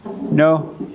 No